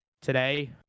today